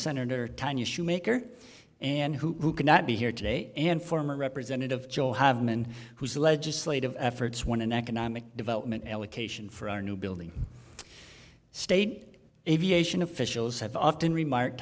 senator tonya shoemaker and who could not be here today and former representative joe have women whose legislative efforts won an economic development allocation for our new building state aviation officials have often remark